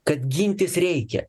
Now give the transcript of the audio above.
kad gintis reikia